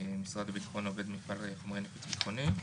משרד הביטחון או עובד מפעלי חומרי נפץ ביטחוניים.